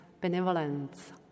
benevolence